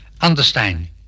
Understand